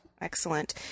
Excellent